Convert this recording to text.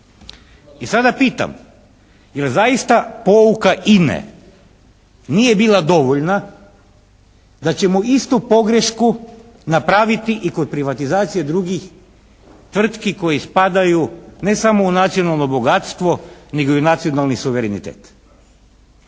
I sada pitam. Je li zaista pouka INA-e nije bila dovoljna da ćemo istu pogrešku napraviti i kod privatizacije drugih tvrtki koje spadaju ne samo u nacionalno bogatstvo nego i u nacionalni suverenitet?